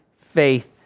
faith